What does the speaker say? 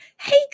hey